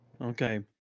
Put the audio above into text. Okay